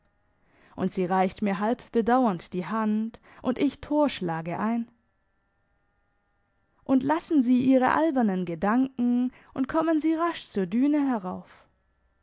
und sie reicht mir halb bedauernd die hand und ich tor schlage ein und lassen sie ihre albernen gedanken und kommen sie rasch zur düne herauf